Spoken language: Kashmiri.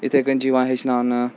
یِتھَے کَنۍ چھِ یِوان ہیٚچھناونہٕ